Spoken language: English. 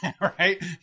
Right